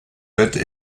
êtes